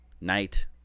night